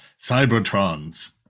Cybertrons